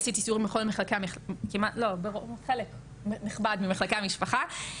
עשיתי סיור בחלק נכבד ממחלקי המשפחה,